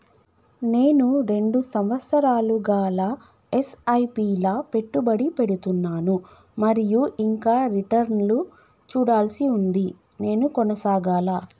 నేను రెండు సంవత్సరాలుగా ల ఎస్.ఐ.పి లా పెట్టుబడి పెడుతున్నాను మరియు ఇంకా రిటర్న్ లు చూడాల్సి ఉంది నేను కొనసాగాలా?